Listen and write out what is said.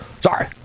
sorry